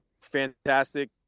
fantastic